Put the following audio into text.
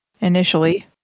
initially